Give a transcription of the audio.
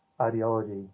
ideology